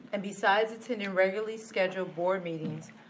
and besides attending regularly scheduled board meetings,